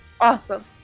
Awesome